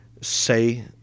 say